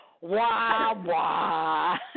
wah-wah